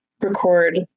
record